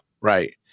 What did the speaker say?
Right